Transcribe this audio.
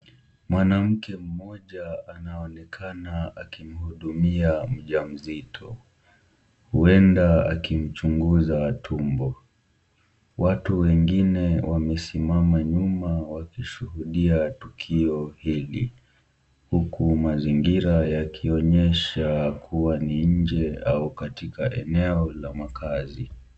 Mwanamke mmoja anaonekana akimhudumia mjamzito, huenda akimchunguza tumbo. Watu wengine wamesima nyuma wakishuhudia tukio hili. Huku mazingira yakionyesha kuwa ni nje au katika eneo la makazi.